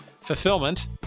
fulfillment